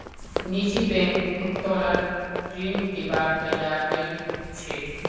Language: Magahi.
निजी बैंक उत्तोलन ऋण दिबार तैयार नइ छेक